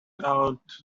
out